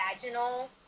vaginal